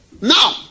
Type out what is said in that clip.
Now